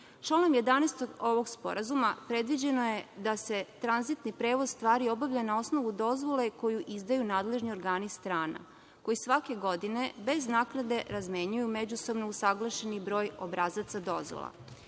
Članom 11. ovog sporazuma, predviđeno je da se tranzitni prevoz stvari obavlja na osnovu koje izdaju nadležni organi strana, koji svake godine bez naknade razmenjuju međusobno usaglašeni broj dozvola. Razmenjivani